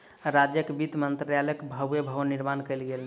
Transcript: राज्यक वित्त मंत्रालयक भव्य भवन निर्माण कयल गेल